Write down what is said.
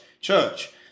church